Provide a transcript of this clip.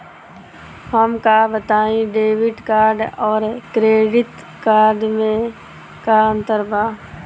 हमका बताई debit card और क्रेडिट कार्ड में का अंतर बा?